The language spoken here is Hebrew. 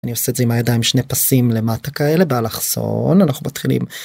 אני עושה את זה עם הידיים שני פסים למטה כאלה באלכסון אנחנו מתחילים.